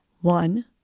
One